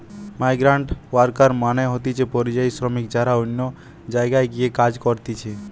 migrant worker মানে হতিছে পরিযায়ী শ্রমিক যারা অন্য জায়গায় গিয়ে কাজ করতিছে